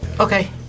Okay